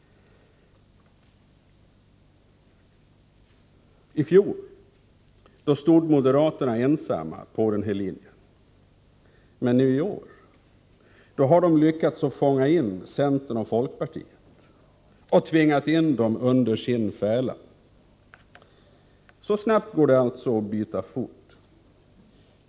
I fjol stod moderaterna ensamma på den här linjen. Men i år har de lyckats fånga in centern och folkpartiet; de har tvingat in dessa partier under sin färla. Så snabbt går det alltså att byta fot.